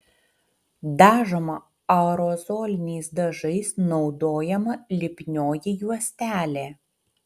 dažoma aerozoliniais dažais naudojama lipnioji juostelė